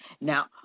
Now